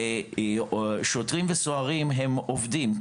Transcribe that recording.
שוטרים וסוהרים הם עובדים,